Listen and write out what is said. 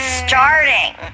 starting